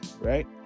Right